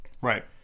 right